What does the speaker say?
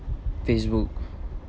facebook